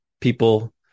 people